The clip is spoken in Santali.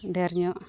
ᱰᱷᱮᱨ ᱧᱚᱜ